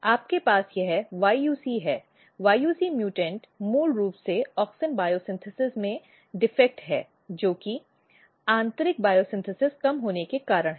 आपके पास यह YUC है yuc म्यूटेंट मूल रूप से ऑक्सिन बायोसिंथेसिस में दोष है जोकि आंतरिक बायोसिंथेसिस कम होने के कारण है